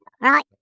Right